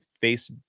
face